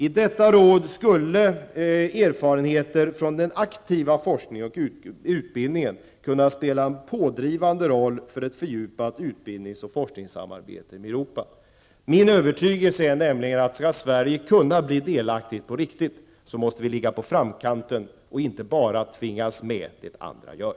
I detta råd skulle erfarenheter från den aktiva forskningen och utbildningen kunna spela en pådrivande roll för ett fördjupat utbildnings och forskningssamarbete med Europa. Min övertygelse är nämligen att vi, om Sverige skall kunna bli delaktigt på riktigt, måste ligga på framkanten och inte bara tvingas med i det som andra gör.